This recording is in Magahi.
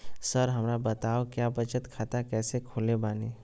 सर हमरा बताओ क्या बचत खाता कैसे खोले बानी?